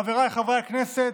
חבריי חברי הכנסת,